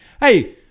Hey